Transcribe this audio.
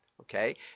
Okay